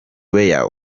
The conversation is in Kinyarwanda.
weah